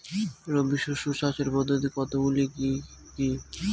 রবি শস্য চাষের পদ্ধতি কতগুলি কি কি?